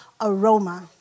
aroma